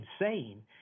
insane